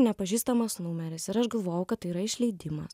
nepažįstamas numeris ir aš galvojau kad yra išleidimas